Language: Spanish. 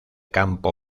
campo